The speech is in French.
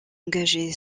engagée